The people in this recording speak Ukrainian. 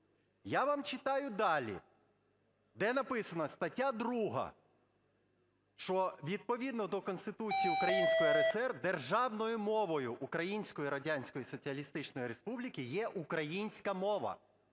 Я вам читаю далі, де написано, стаття 2, що відповідно до Конституції Української РСР державною мовою Української Радянської Соціалістичної Республіки є українська мова,